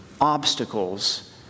obstacles